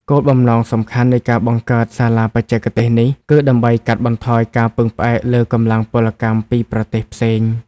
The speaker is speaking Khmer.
គោលបំណងសំខាន់នៃការបង្កើតសាលាបច្ចេកទេសនេះ គឺដើម្បីកាត់បន្ថយការពឹងផ្អែកលើកម្លាំងពលកម្មពីប្រទេសផ្សេង។